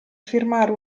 firmare